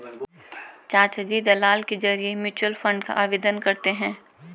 चाचाजी दलाल के जरिए म्यूचुअल फंड का आवेदन करते हैं